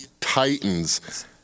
Titans –